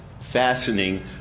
fastening